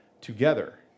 together